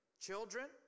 Children